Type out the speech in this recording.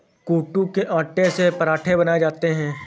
कूटू के आटे से पराठे बनाये जाते है